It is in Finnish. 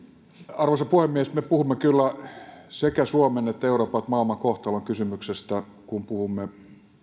arvoisa puhemies me puhumme kyllä sekä suomen että euroopan että maailman kohtalonkysymyksestä kun puhumme